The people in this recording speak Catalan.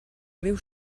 riu